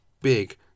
big